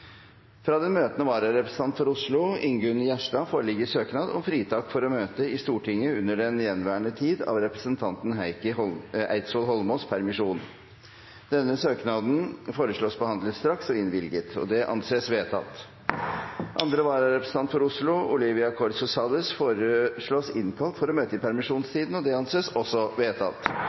Fra den møtende vararepresentant for Oslo, Ingunn Gjerstad , foreligger søknad om fritak for å møte i Stortinget under den gjenværende tid av representanten Heikki Eidsvoll Holmås ’ permisjon. Etter forslag fra presidenten ble enstemmig besluttet: Søknaden behandles straks og innvilges. Andre vararepresentant for Oslo, Olivia Corso Salles , innkalles for å møte i permisjonstiden. Olivia Corso Salles er til stede og